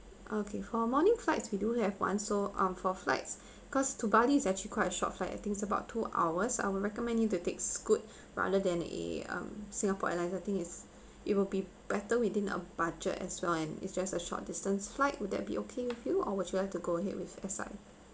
okay for morning flights we do have one so um for flights cause to bali is actually quite a short flight I think it's about two hours I would recommend you to take scoot rather than a um singapore airlines I think it's it will be better within a budget as well and it's just a short distance flights would that be okay with you or would you like to go ahead with S_I_A